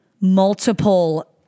multiple